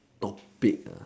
topic uh